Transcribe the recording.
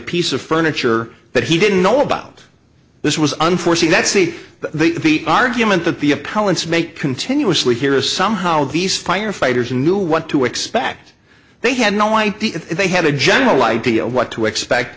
piece of furniture that he didn't know about this was unforeseen that see the argument that the opponents make continuously here is some how these firefighters knew what to expect they had no idea they had a general idea what to expect